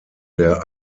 der